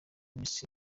mars